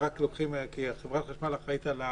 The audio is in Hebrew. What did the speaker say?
כי חברת חשמל אחראית על ההלוואה.